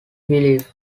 belief